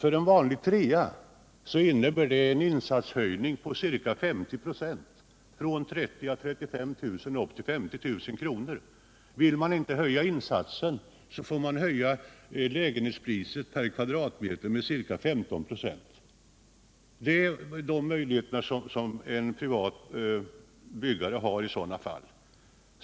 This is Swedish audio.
För en vanlig trea innebär det en insatshöjning på ca 50 96, från 30 000 å 35 000 kr. upp till 50 000 kr. Vill man inte höja insatsen, får man höja lägenhetspriset per kvadratmeter med ca 15 96. Det är de möjligheter som en privatbyggare har i sådana fall.